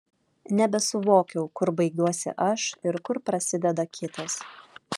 nebesuvokiau kur baigiuosi aš ir kur prasideda kitas